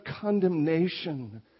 condemnation